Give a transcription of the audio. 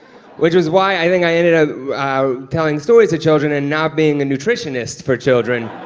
which is why i think i ended up telling stories to children and not being a nutritionist for children.